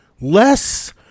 less